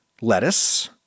lettuce